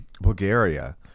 Bulgaria